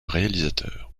réalisateur